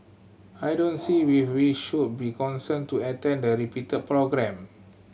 I don't see we we should be cornered to attend the repeated programme